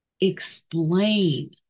explain